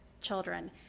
children